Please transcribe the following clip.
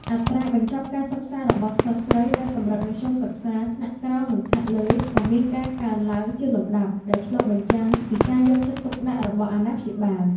អត្រាបញ្ចប់ការសិក្សារបស់សិស្សស្រីនៅកម្រិតមធ្យមសិក្សាថ្នាក់ក្រោមនិងថ្នាក់លើក៏មានការកើនឡើងជាលំដាប់ ដែលឆ្លុះបញ្ចាំងពីការយកចិត្តទុកដាក់របស់អាណាព្យាបាល។